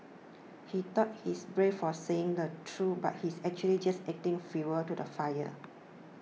he thought he's brave for saying the truth but he's actually just adding fuel to the fire